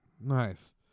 Nice